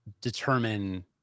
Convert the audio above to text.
determine